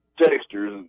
textures